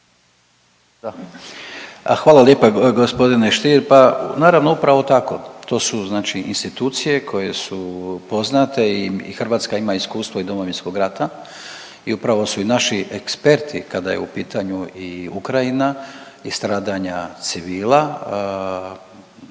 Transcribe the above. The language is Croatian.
Hvala lijepa g. Stier. Pa naravno, upravo tako. To su znači institucije koje su poznate i Hrvatska ima iskustvo Domovinskog rata i upravo u i naši eksperti kada je u pitanju i Ukrajina i stradanja civila,